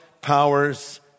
powers